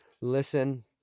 listen